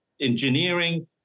engineering